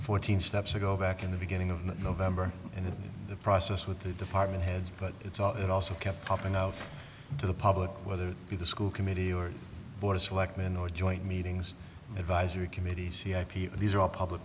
fourteen steps ago back in the beginning of november and in the process with the department heads but it's all it also kept popping out to the public whether it be the school committee or board selectman or joint meetings advisory committees these are all public